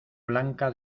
blanca